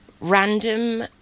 random